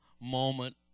moment